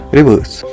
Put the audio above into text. Reverse